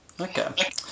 Okay